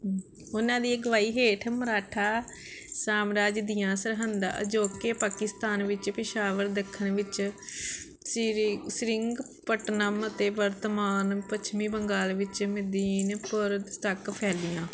ਉਨ੍ਹਾਂ ਦੀ ਅਗਵਾਈ ਹੇਠ ਮਰਾਠਾ ਸਾਮਰਾਜ ਦੀਆਂ ਸਰਹੱਦਾਂ ਅਜੋਕੇ ਪਾਕਿਸਤਾਨ ਵਿੱਚ ਪੇਸ਼ਾਵਰ ਦੱਖਣ ਵਿੱਚ ਸ਼੍ਰੀ ਸ਼੍ਰੀਰੰਗ ਪਟਨਾਮ ਅਤੇ ਵਰਤਮਾਨ ਪੱਛਮੀ ਬੰਗਾਲ ਵਿੱਚ ਮੇਦਿਨੀਪੁਰ ਤੱਕ ਫੈਲੀਆਂ